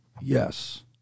Yes